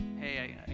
hey